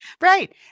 Right